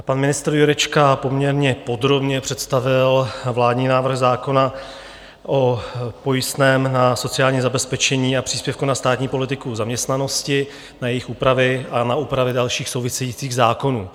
Pan ministr Jurečka poměrně podrobně představil vládní návrh zákona o pojistném na sociální zabezpečení a příspěvku na státní politiku zaměstnanosti, na jejich úpravy a na úpravy dalších souvisejících zákonů.